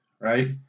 right